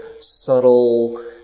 subtle